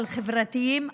אבל חברתיים.